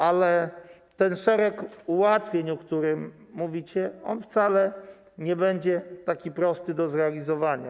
Ale ten szereg ułatwień, o którym mówicie, wcale nie będzie taki prosty do zrealizowania.